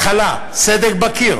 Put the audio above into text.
התחלה, סדק בקיר